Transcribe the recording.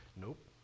Nope